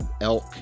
elk